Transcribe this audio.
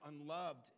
unloved